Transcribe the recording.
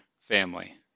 family